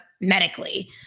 medically